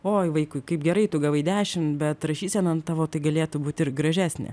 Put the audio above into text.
oi vaikui kaip gerai tu gavai dešim bet rašysena tavo tai galėtų būt ir gražesnė